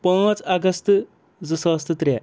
پانٛژھ اگست زٕ ساس تہٕ ترٛےٚ